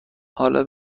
حالا